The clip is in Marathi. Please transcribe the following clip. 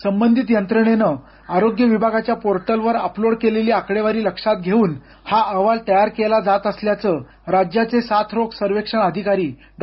संबंधित यंत्रणेनं आरोग्य विभागाच्या पोर्टलवर अपलोड केलेली आकडेवारी घेऊन अहवाल तयार केला जात असल्याचं राज्याचे साथरोग सर्वेक्षण अधिकारी डॉ